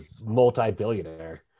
multi-billionaire